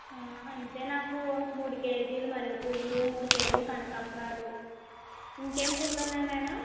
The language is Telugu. అంటే నాకు మూడు కేజీలు మల్లెపువ్వులు మూడు కేజీలు కనకాంబరాలు ఇంకేం పువ్వులు ఉన్నాయి మేడం